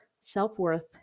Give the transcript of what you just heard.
self-worth